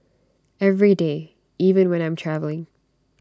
every day even when I'm travelling